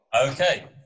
Okay